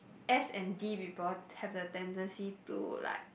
S and D people have the tendency to like